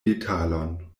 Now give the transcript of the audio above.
detalon